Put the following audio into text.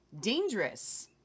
dangerous